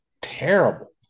terrible